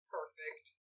Perfect